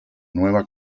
nueva